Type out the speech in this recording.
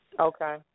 Okay